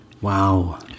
Wow